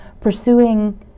pursuing